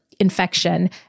infection